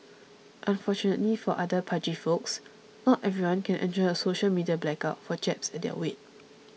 unfortunately for other pudgy folks not everyone can enjoy a social media blackout for jabs at their weight